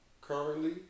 currently